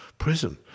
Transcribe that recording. Prison